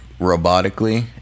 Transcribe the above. robotically